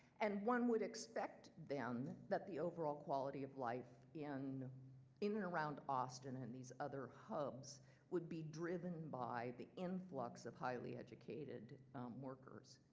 and one would expect then, that the overall quality of life in in and around austin and these other hubs would be driven by the influx of highly-educated workers.